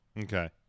Okay